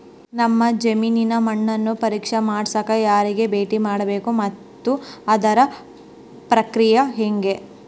ನಮ್ಮ ಜಮೇನಿನ ಮಣ್ಣನ್ನು ಪರೇಕ್ಷೆ ಮಾಡ್ಸಕ ಯಾರಿಗೆ ಭೇಟಿ ಮಾಡಬೇಕು ಮತ್ತು ಅದರ ಪ್ರಕ್ರಿಯೆ ಹೆಂಗೆ?